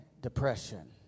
depression